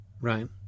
right